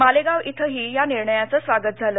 मालेगाव क्रिंही या निर्णयाचं स्वागत झालं